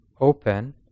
open